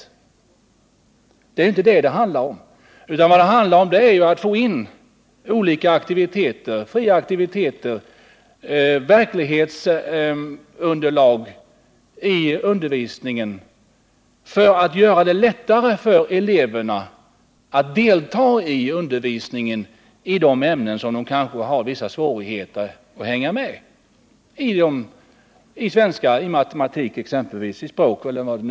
Men det är inte det som det handlar om, utan vad det handlar om är att få in olika fria aktiviteter, verklighetsunderlag, i undervisningen för att göra det lättare för eleverna att delta i undervisningen i de ämnen som de kanske har vissa svårigheter med. Det kan gälla svenska, matematik, främmande språk eller andra ämnen.